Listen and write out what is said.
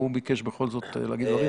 הוא ביקש בכל זאת להגיד דברים.